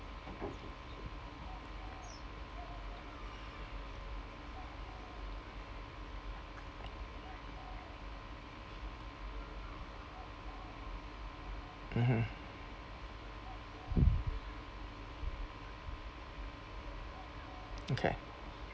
mmhmm okay